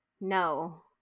no